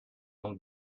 donc